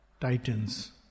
titans